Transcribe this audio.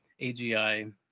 AGI